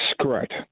correct